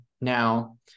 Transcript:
now